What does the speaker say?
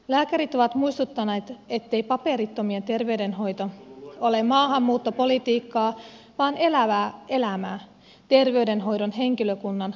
lääkärit ovat muistuttaneet ettei paperittomien terveydenhoito ole maahanmuuttopolitiikkaa vaan elävää elämää terveydenhoidon henkilökunnan arkipäivää